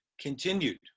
continued